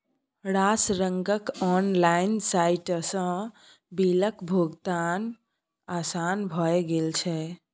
रास रंगक ऑनलाइन साइटसँ बिलक भोगतान आसान भए गेल छै